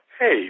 Hey